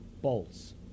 bolts